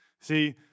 See